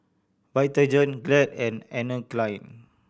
Vitagen Glad and Anne Klein